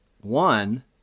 one